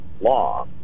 law